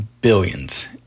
billions